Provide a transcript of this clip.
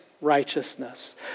righteousness